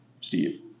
Steve